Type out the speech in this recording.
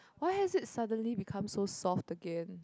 why has it suddenly become so soft again